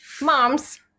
moms